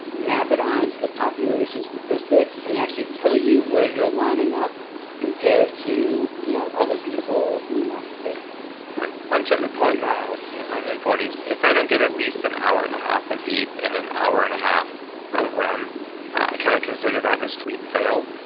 map it onto the population statistics, and actually tell you where you're lining up compared to you know other people in the united states and um to the point now, in my mid forty s, if i don't get at least an hour and a half of deep and an hour and a half of rem, can i kind of consider that a sleep fail?